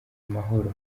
mahoro